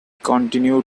continued